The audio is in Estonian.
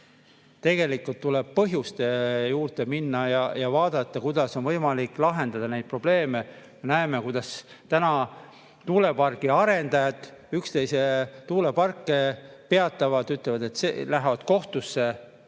Tegelikult tuleb põhjuste juurde minna ja vaadata, kuidas on võimalik neid probleeme lahendada. Me näeme, kuidas täna tuulepargi arendajad üksteise tuuleparke peatavad, ütlevad, et lähevad kohtusse.